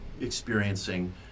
experiencing